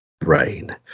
brain